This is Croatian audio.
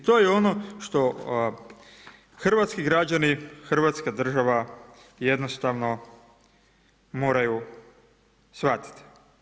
I to je ono što hrvatski građani, Hrvatska država jednostavno moraju shvatiti.